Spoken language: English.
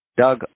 Doug